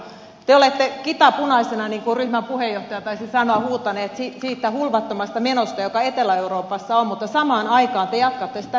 te olette kita punaisena niin kuin ryhmän puheenjohtaja taisi sanoa huutaneet siitä hulvattomasta menosta joka etelä euroopassa on mutta samaan aikaan te jatkatte sitä menoa täällä